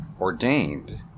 ordained